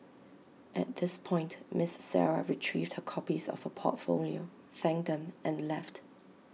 at this point miss Sarah retrieved her copies of her portfolio thanked them and left